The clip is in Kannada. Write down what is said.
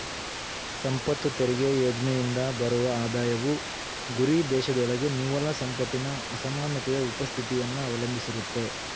ಸಂಪತ್ತು ತೆರಿಗೆ ಯೋಜ್ನೆಯಿಂದ ಬರುವ ಆದಾಯವು ಗುರಿದೇಶದೊಳಗೆ ನಿವ್ವಳ ಸಂಪತ್ತಿನ ಅಸಮಾನತೆಯ ಉಪಸ್ಥಿತಿಯನ್ನ ಅವಲಂಬಿಸಿರುತ್ತೆ